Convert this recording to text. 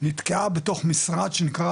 נתקעה בתוך משרד שנקרא,